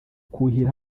kuhira